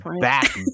back